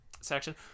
section